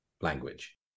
language